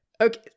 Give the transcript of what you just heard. okay